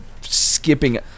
skipping